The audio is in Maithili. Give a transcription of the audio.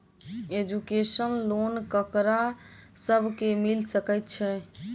एजुकेशन लोन ककरा सब केँ मिल सकैत छै?